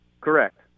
Correct